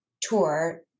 tour